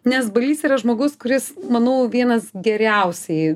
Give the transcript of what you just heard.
nes balys yra žmogus kuris manau vienas geriausiai